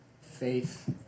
faith